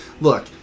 look